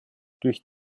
durch